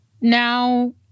Now